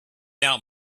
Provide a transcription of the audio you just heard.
out